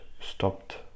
stopped